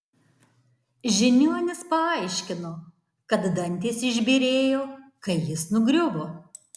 žiniuonis paaiškino kad dantys išbyrėjo kai jis nugriuvo